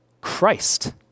Christ